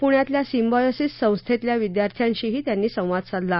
प्ण्यातल्या सिम्बॉयसीस संस्थेतल्या विद्यार्थ्यांशीही त्यांनी संवाद साधला